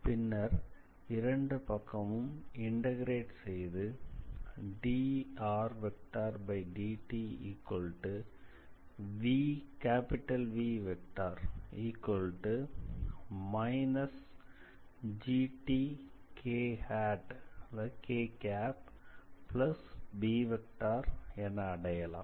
பின்னர் இரண்டு பக்கமும் இண்டக்ரேட் செய்து என drdtV−gtkb அடையலாம்